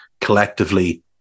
collectively